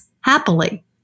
happily